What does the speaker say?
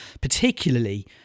particularly